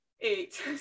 eight